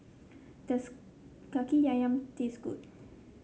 does kaki ayam taste good